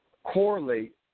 Correlate